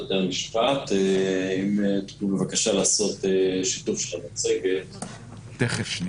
בבתי המשפט, ככל שהסנגור מעוניין בכך, באזור תאי